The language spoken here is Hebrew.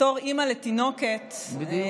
בתור אימא לתינוקת, בדיוק.